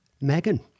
Megan